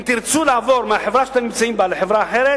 אם תרצו לעבור מהחברה שאתם נמצאים בה לחברה אחרת,